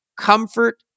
comfort